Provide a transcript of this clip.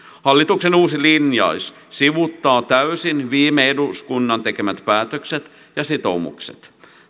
hallituksen uusi linjaus sivuuttaa täysin viime eduskunnan tekemät päätökset ja sitoumukset